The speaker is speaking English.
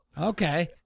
Okay